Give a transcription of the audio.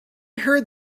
heard